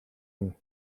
энэ